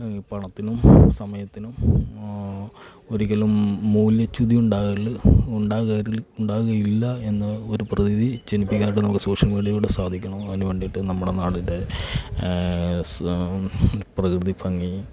പണത്തിനും സമയത്തിനും ഒരിക്കലും മൂല്യച്യുതി ഉണ്ടാകൽ ഉണ്ടാവുക ഉണ്ടാവുകയില്ല എന്ന് ഒരു പ്രതിനിധി ജനിപ്പിക്കാനായിട്ട് നമുക്ക് സോഷ്യൽ മീഡിയയിലൂടെ സാധിക്കണം അതിനു വേണ്ടീട്ട് നമ്മുടെ നാടിൻ്റെ പ്രകൃതി ഭംഗി